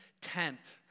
tent